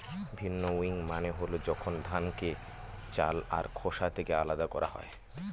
ভিন্নউইং মানে হল যখন ধানকে চাল আর খোসা থেকে আলাদা করা হয়